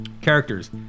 characters